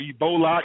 Ebola